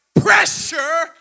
Pressure